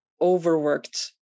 overworked